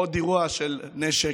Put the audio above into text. עוד אירוע של נשק,